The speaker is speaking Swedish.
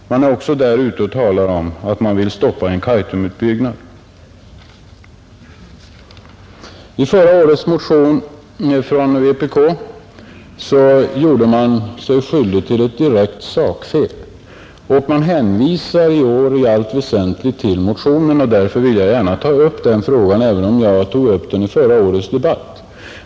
Man talar också där om att man vill stoppa en Kaitumutbyggnad. I förra årets motion från vpk gjorde man sig skyldig till ett direkt sakfel. Man hänvisar i år i allt väsentligt till den motionen, och därför vill jag gärna ta upp den frågan, även om jag tog upp den i förra årets debatt.